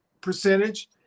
percentage